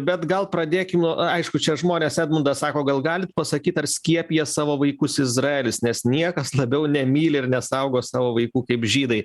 bet gal pradėkim nuo aišku čia žmonės edmundas sako gal galit pasakyt ar skiepija savo vaikus izraelis nes niekas labiau nemyli ir nesaugo savo vaikų kaip žydai